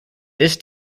this